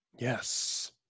Yes